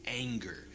anger